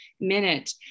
minute